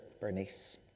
Bernice